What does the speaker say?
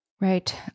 Right